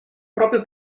proprio